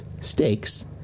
stakes